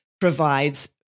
provides